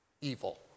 evil